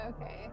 Okay